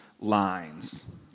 lines